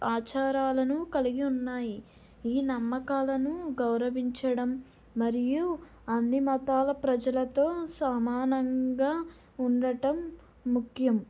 ఆచారాలను కలిగి ఉన్నాయి ఈ నమ్మకాలను గౌరవించడం మరియు అన్ని మతాల ప్రజలతో సమానంగా ఉండటం ముఖ్యం